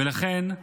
ולכן,